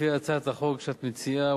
לפי הצעת החוק שאת מציעה,